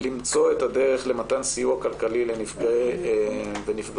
למצוא את הדרך למתן סיוע כלכלי לנפגעי ולנפגעות